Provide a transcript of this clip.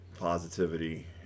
positivity